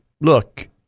look